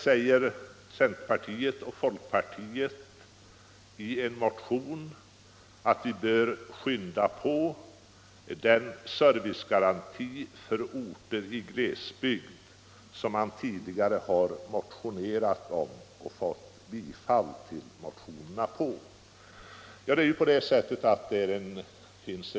I en motion från folkpartiet begärs att arbetet på servicegarantin för orter i glesbygd påskyndas. Centerpartiet och folkpartiet har tidigare motionerat i den frågan, och motionerna bifölls då av riksdagen.